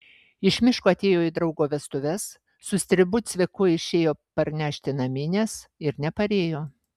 iš miško atėjo į draugo vestuves su stribu cviku išėjo parnešti naminės ir neparėjo